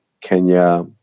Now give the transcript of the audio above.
Kenya